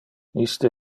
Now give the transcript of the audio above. iste